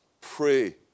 Pray